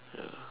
ya